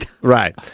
Right